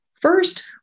First